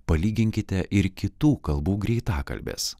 palyginkite ir kitų kalbų greitakalbes